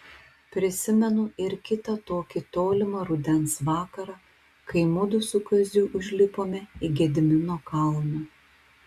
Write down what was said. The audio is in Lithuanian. prisimenu ir kitą tokį tolimą rudens vakarą kai mudu su kaziu užlipome į gedimino kalną